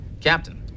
Captain